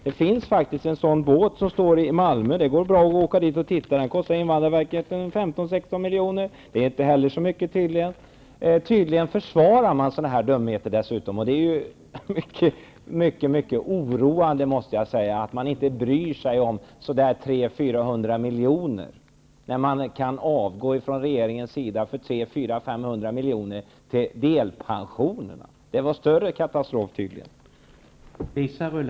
Det finns faktiskt en sådan båt i Malmö. Det går bra att åka dit och titta. Den kostar invandrarverket 15--16 miljoner. Det är inte heller så mycket tydligen. Dessutom försvarar man sådana här dumheter. Det är mycket oroande, måste jag säga, att man inte bryr sig om 300--400 miljoner, när regeringen var beredd att avgå för 300--500 miljoner till delpensionerna. Det var tydligen en större katastrof.